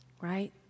right